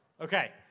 Okay